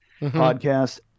podcast